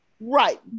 Right